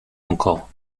encore